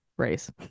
race